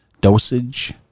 Dosage